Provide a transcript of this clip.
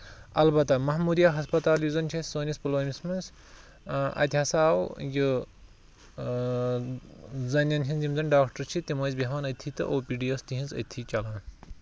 اَلبتہ مہموٗدیا ہسپَتال یُس زَن چھُ اَسہِ سٲنِس پُلوٲمِس منٛز اَتہِ ہسا آو یہِ زَنین ہِندۍ یِم زَن ڈاکٹر چھِ تِم ٲسۍ بیٚہوان أتتھٕے تہٕ او پی ڈی ٲسۍ تِہنٛز أتتھٕے چلان